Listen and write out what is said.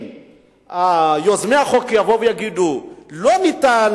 אם יוזמי החוק יגידו: לא ניתן,